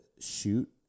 shoot